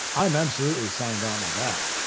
i'm absolutely signed on with that,